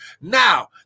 Now